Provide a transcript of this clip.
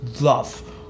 Love